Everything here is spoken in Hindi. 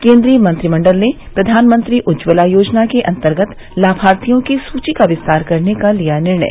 केन्द्रीय मंत्रिमंडल ने प्रधानमंत्री उज्ज्वला योजना के अंतर्गत लाभार्थियों की सुची का विस्तार करने का लिया निर्णय